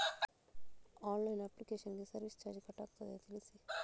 Online application ಗೆ service charge cut ಆಗುತ್ತದೆಯಾ ತಿಳಿಸಿ?